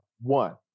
One